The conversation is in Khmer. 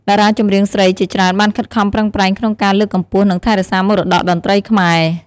តារាចម្រៀងស្រីជាច្រើនបានខិតខំប្រឹងប្រែងក្នុងការ លើកកម្ពស់ និងថែរក្សាមរតកតន្ត្រីខ្មែរ។